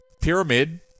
pyramid